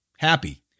happy